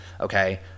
okay